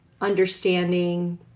understanding